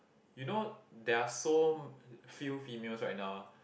you know there are so few females right now